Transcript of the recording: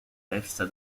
persa